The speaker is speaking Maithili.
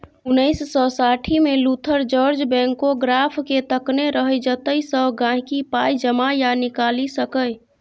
उन्नैस सय साठिमे लुथर जार्ज बैंकोग्राफकेँ तकने रहय जतयसँ गांहिकी पाइ जमा या निकालि सकै